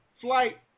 flight